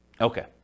Okay